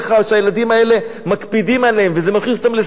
שהילדים האלה מקפידים עליהם ושזה מכניס אותם לסדר,